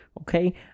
Okay